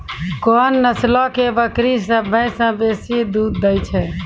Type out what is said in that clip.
कोन नस्लो के बकरी सभ्भे से बेसी दूध दै छै?